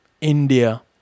India